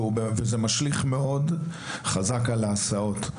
וזה משליך חזק מאוד על ההסעות.